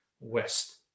West